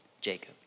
Jacob